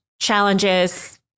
challenges